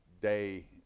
day